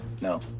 no